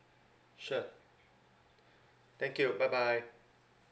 sure thank you bye bye